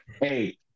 hey